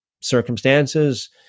circumstances